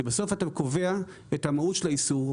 כי בסוף אתה קובע את המהות של האיסור,